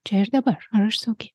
čia ir dabar ar aš saugi